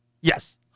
Yes